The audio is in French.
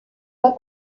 pas